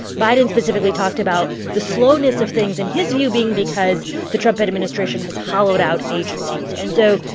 biden specifically talked about the slowness of things, in his view, being because the trump administration has hollowed out agencies. and so,